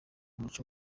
muco